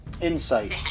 Insight